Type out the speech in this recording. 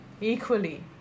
equally